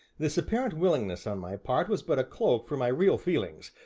this apparent willingness on my part was but a cloak for my real feelings,